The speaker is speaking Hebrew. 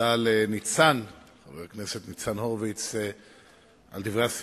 תודה לחבר הכנסת ניצן הורוביץ על דברי הסיום,